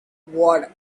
what